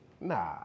nah